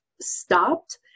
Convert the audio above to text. stopped